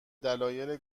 دلایل